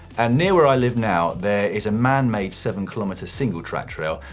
and near where i live now, there is a manmade seven kilometer single track trail,